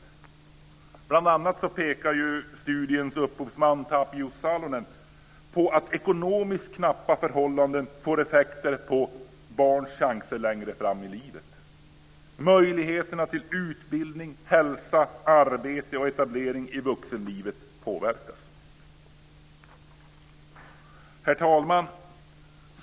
Bl.a. pekar studiens upphovsman Tapio Salonen på att ekonomiskt knappa förhållanden får effekter på barns chanser längre fram i livet. Möjligheterna till utbildning, hälsa, arbete och etablering i vuxenlivet påverkas. Herr talman!